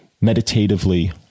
meditatively